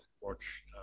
Watch